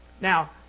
Now